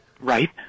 Right